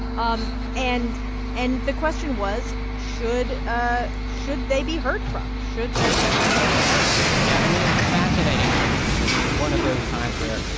um and and the question was, should ah should they be heard from? should their testimony be heard? heard? yeah. i mean, it was a fascinating moment because it was one of those times where,